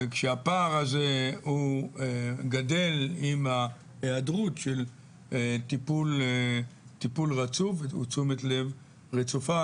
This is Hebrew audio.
וכשהפער הזה גדל עם ההיעדרות של טיפול רצוף ותשומת לב רצופה,